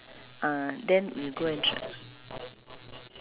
actually I didn't know there's a shop in two one four you know